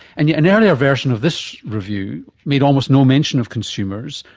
and yet an earlier version of this review made almost no mention of consumers.